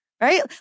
right